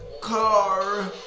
car